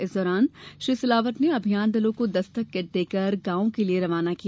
इस दौरान श्री सिलावट ने अभियान दलों को दस्तक किट देकर कर गाँवों के लिये रवाना किया